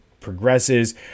progresses